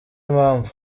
impamvu